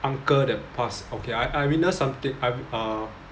uncle that passed okay I I witnessed something I've uh